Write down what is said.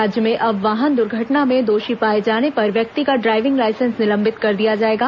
राज्य में अब वाहन दुर्घटना में दोषी पाए जाने पर व्यक्ति का ड्रायविंग लाइसेंस निलंबित कर दिया जाएगा